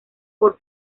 por